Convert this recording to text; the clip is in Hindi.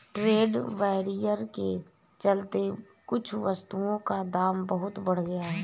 ट्रेड बैरियर के चलते कुछ वस्तुओं का दाम बहुत बढ़ गया है